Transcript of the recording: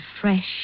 fresh